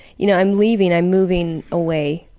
you know, i'm leaving, i'm moving away